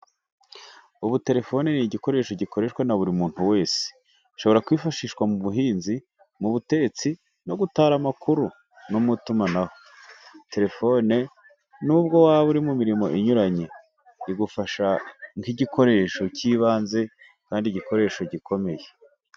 Ubu, telefoni ni igikoresho gikoreshwa na buri muntu wese. Ishobora kwifashishwa mu buhinzi, mu butetsi, no gutara amakuru, no mu itumanaho. Telefoni, nubwo waba uri mu mirimo inyuranye, igufasha nk’igikoresho cy’ibanze kandi igikoresho